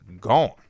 gone